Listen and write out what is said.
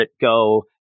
go